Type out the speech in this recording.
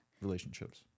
relationships